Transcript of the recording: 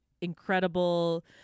incredible